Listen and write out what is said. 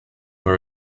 for